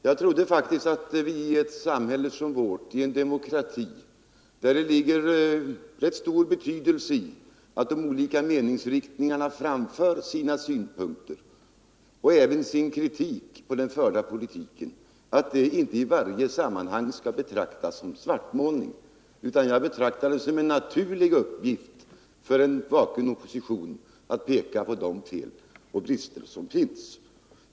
Jag trodde faktiskt att i ett samhälle som vårt, i en demokrati där det har rätt stor betydelse att de olika meningsriktningarna framför sina synpunkter på och sin kritik av den förda politiken, detta inte i varje sammanhang skulle betecknas som svartmålning. Jag betraktar det som en naturlig uppgift för en vaken opposition att peka på de fel och brister som finns.